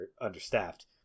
understaffed